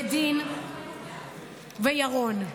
ודין וירון.